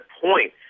point